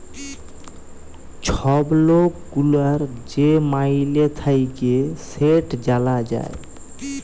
ছব লক গুলার যে মাইলে থ্যাকে সেট জালা যায়